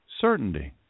Certainty